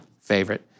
Favorite